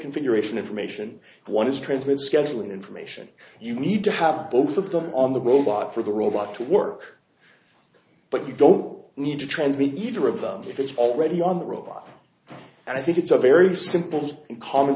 configuration information one is transmit scheduling information you need to have both of them on the robot for the robot to work but you don't need to transmit either of them if it's already on the robot and i think it's a very simple common